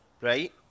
right